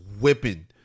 whipping